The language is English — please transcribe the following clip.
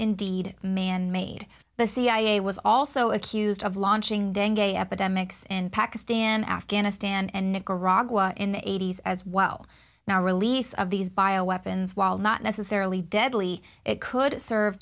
indeed manmade the cia was also accused of launching a epidemics in pakistan afghanistan and nicaragua in the eighty's as well now release of these bio weapons while not necessarily deadly it could serve